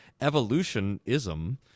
evolutionism